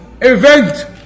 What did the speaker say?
event